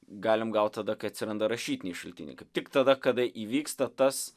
galim gaut tada kai atsiranda rašytiniai šaltiniai kaip tik tada kada įvyksta tas